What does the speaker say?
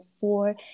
four